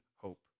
hope